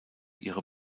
ihre